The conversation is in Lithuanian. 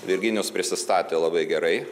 virginijus prisistatė labai gerai